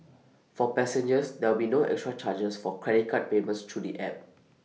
for passengers there'll be no extra charges for credit card payments through the app